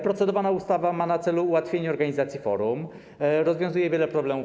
Procedowana ustawa ma na celu ułatwienie organizacji forum, rozwiązuje wiele problemów